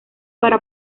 para